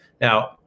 Now